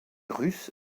russe